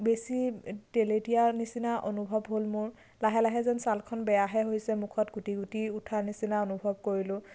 বেছি তেলেতীয়া নিচিনা অনুভৱ হ'ল মোৰ লাহে লাহে যেন ছালখন বেয়াহে হৈছে মুখত গুটি গুটি উঠা নিচিনা অনুভৱ কৰিলোঁ